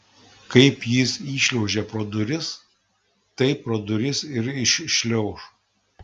kaip jis įšliaužė pro duris taip pro duris ir iššliauš